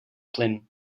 plyn